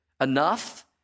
enough